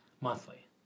Monthly